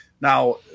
Now